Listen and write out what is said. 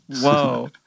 Whoa